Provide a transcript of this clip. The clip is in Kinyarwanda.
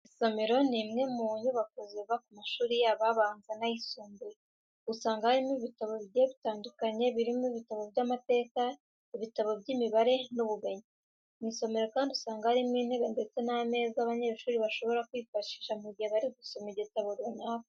Isomero ni imwe mu nyubako ziba ku mashuri yaba abanza n'ayisumbuye. Usanga harimo ibitabo bigiye bitandukanye birimo ibitabo by'amateka, ibitabo by'imibare n'ubumenyi. Mu isomero kandi usanga harimo intebe ndetse n'ameza abanyeshuri bashobora kwifashisha mu gihe bari gusoma igitabo runaka.